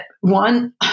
one